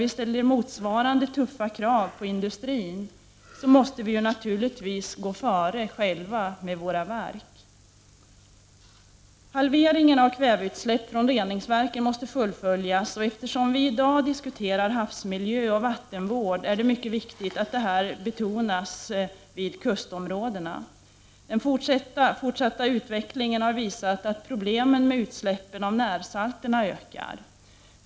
GG vi ställer motsvarande tuffa krav på industrin måste vi naturligtvis själva gå före med våra verk. Halveringen av kväveutsläppen från reningsverken måste fullföljas. Eftersom vi i dag diskuterar havsmiljö och vattenvård vill jag säga att det är mycket viktigt att det betonas i kustområdena. Den fortsatta utvecklingen har visat att problemen med utsläpp av närsalter ökar.